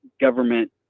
government